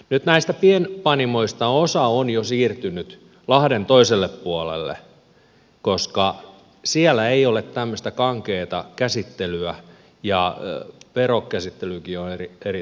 nyt näistä pienpanimoista osa on jo siirtynyt lahden toiselle puolelle koska siellä ei ole tämmöistä kankeata käsittelyä ja verokäsittelykin on erilaista